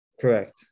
Correct